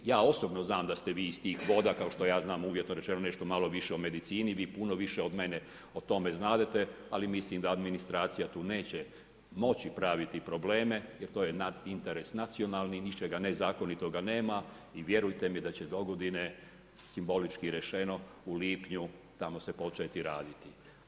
Mi, ja osobno znam da ste Vi iz tih voda kao što ja znam uvjetno rečeno nešto malo više o medicini Vi puno više od mene o tome znadete ali mislim da administracija tu neće moći praviti probleme jer to je nad interes nacionalni, ničega nezakonitog nema i vjerujte mi da će dogodine, simbolički rečeno u lipnju tamo se početi raditi.